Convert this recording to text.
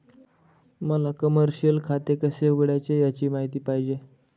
मला कमर्शिअल खाते कसे उघडायचे याची माहिती पाहिजे